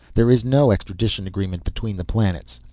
there is no extradition agreement between the planets.